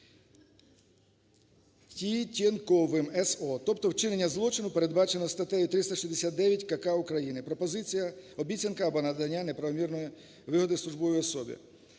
Тітєнковим С.О., тобто вчинення злочину, передбаченого статтею 369 КК України "Пропозиція, обіцянка або надання неправомірної вигоди службовій особі".